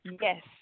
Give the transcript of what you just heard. Yes